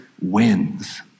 wins